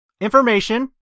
information